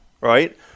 right